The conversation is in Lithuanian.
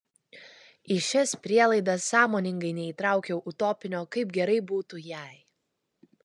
į šias prielaidas sąmoningai neįtraukiau utopinio kaip gerai būtų jei